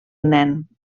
nen